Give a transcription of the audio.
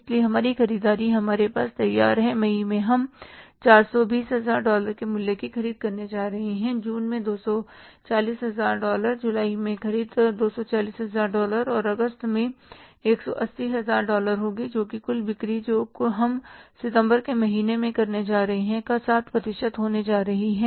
इसलिए हमारी ख़रीददारी हमारे पास तैयार है मई में हम 420 हजार डॉलर के मूल्य की ख़रीद करने जा रहे हैं जून में 240 हजार डॉलर जुलाई में ख़रीद 240 हजार डॉलर और अगस्त में 180 हजार डॉलर होगी जो कि कुल बिक्री जो हम सितंबर के महीने में करने जा रहे हैं का 60 प्रतिशत होने जा रही है